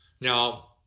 now